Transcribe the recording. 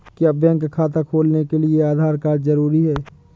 क्या बैंक खाता खोलने के लिए आधार कार्ड जरूरी है?